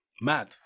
Mad